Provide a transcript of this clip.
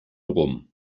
rum